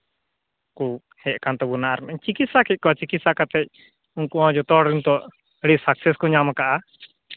ᱠᱚ ᱦᱮᱡ ᱠᱟᱱ ᱛᱟᱵᱚᱱᱟ ᱟᱨ ᱪᱤᱠᱤᱛᱥᱟ ᱠᱮᱜ ᱠᱚᱣᱟ ᱪᱤᱠᱤᱛᱥᱟ ᱠᱟᱛᱮᱜ ᱩᱱᱠᱩ ᱡᱚᱛᱚ ᱦᱚᱲ ᱱᱤᱛᱚᱜ ᱟᱹᱰᱤ ᱥᱟᱠᱥᱮᱥ ᱠᱚ ᱧᱟᱢ ᱠᱟᱜᱼᱟ